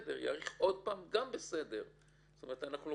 בסדר, אם הוא יאריך שוב גם בסדר.